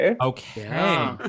Okay